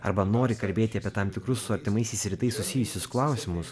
arba nori kalbėti apie tam tikrus su artimaisiais rytais susijusius klausimus